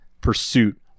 pursuit